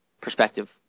perspective